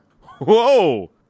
Whoa